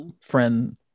friend